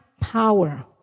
power